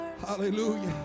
Hallelujah